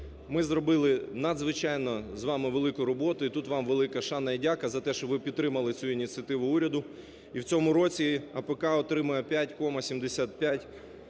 ми зробили надзвичайно з вами велику роботу і тут вам велика шана, і дяка за те, що ви підтримали цю ініціативу уряду, і в цьому році АПК отримає 5,75